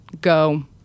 Go